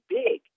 big